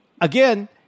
Again